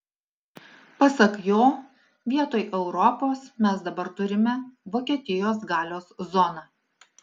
pasak jo vietoj europos mes dabar turime vokietijos galios zoną